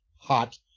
hot